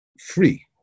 free